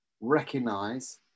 recognize